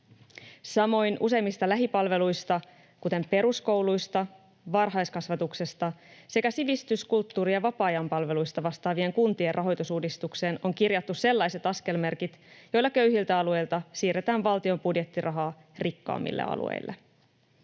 Samoin useimmista lähipalveluista, kuten peruskouluista, varhaiskasvatuksesta sekä sivistys‑, kulttuuri- ja vapaa-ajanpalveluista, vastaavien kuntien rahoitusuudistukseen on kirjattu sellaiset askelmerkit, joilla köyhiltä alueilta siirretään valtion budjettirahaa rikkaammille alueille.